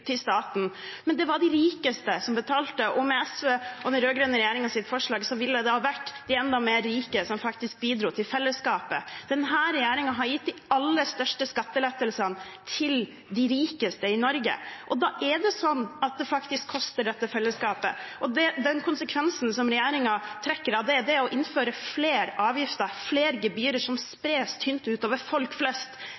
staten, men det var de rikeste som betalte, og med SV og den rød-grønne regjeringens forslag ville det ha vært de enda mer rike som faktisk bidro til fellesskapet. Denne regjeringen har gitt de aller største skattelettelsene til de rikeste i Norge, og da er det slik at det faktisk koster dette fellesskapet. Og den konsekvensen som regjeringen trekker av det, er å innføre flere avgifter, flere gebyrer, som